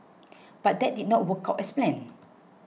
but that did not work out as planned